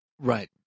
Right